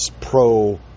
pro